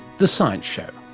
the science show.